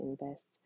invest